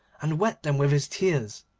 and wet them with his tears.